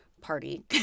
Party